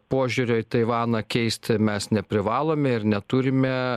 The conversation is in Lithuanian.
požiūrio į taivaną keisti mes neprivalome ir neturime